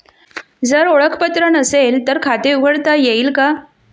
जर ओळखपत्र नसेल तर खाते उघडता येईल का?